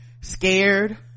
scared